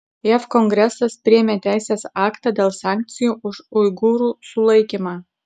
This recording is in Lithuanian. jav kongresas priėmė teisės aktą dėl sankcijų už uigūrų sulaikymą